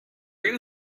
you